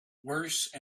worse